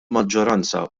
maġġoranza